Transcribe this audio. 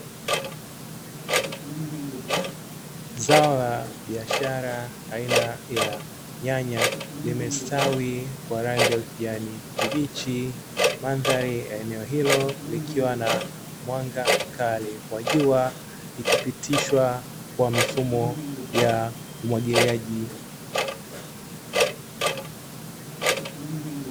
Zao la biashara aina ya nyanya limestawi kwa rangi ya ukijani kibichi. Mandhari ya eneo hilo likiwa na mwanga mkali wa jua ikipitishwa kwa mfumo ya umwagiliaji.